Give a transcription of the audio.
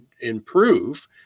improve